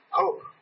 hope